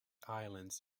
islands